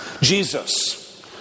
Jesus